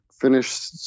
finish